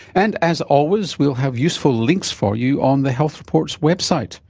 and, as always, we will have useful links for you on the health report's website.